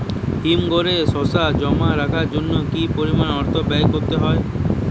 হিমঘরে শসা জমা রাখার জন্য কি পরিমাণ অর্থ ব্যয় করতে হয়?